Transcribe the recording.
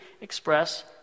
express